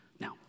Now